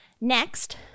Next